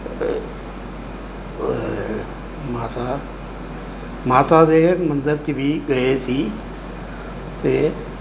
ਮਾਤਾ ਮਾਤਾ ਦੇ ਮੰਦਰ 'ਚ ਵੀ ਗਏ ਸੀ ਅਤੇ